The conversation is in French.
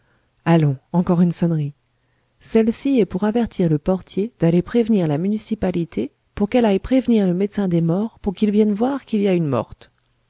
allons encore une sonnerie celle-ci est pour avertir le portier d'aller prévenir la municipalité pour qu'elle aille prévenir le médecin des morts pour qu'il vienne voir qu'il y a une morte